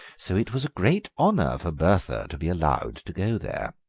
so it was a great honour for bertha to be allowed to go there.